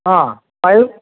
ஆ five